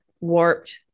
warped